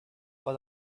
but